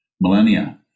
millennia